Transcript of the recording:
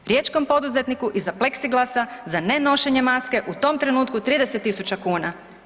Riječkom poduzetniku iza pleksiglasa za ne nošenje maske u tom trenutku 30.000 kuna.